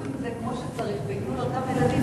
עם זה כמו שצריך וייתנו לאותם ילדים,